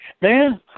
man